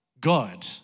God